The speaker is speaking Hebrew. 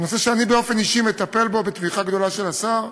נושא שאני באופן אישי מטפל בו בתמיכה גדולה של השר.